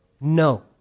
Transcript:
No